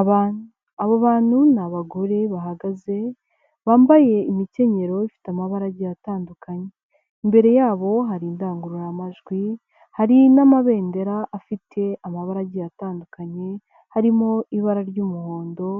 Abantu. Abo bantu ni abagore bahagaze, bambaye imikenyero ifite amabara agiye atandukanye, imbere yabo hari indangururamajwi, hari n'amabendera afite amabara agiye atandukanye harimo ibara ry'umuhondo,